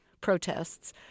protests